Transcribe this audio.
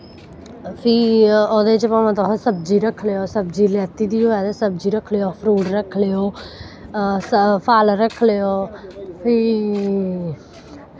फ्ही ओह्दे च तुस भांमै सब्जी रक्खो सब्जी लैत्ती दी होऐ सब्जी रक्खी रक्खी लैओ फ्रूट रक्खी लैओ फल रक्खी लेओ प्ही